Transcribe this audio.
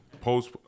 post